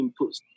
inputs